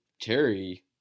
Terry –